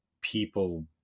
people